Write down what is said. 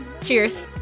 Cheers